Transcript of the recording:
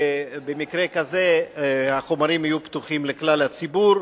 ובמקרה כזה החומרים יהיו פתוחים לכלל הציבור.